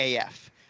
AF